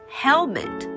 helmet